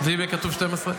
ואם יהיה כתוב 12?